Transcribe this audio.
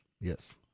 Yes